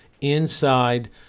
inside